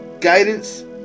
guidance